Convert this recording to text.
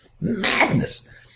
madness